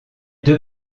deux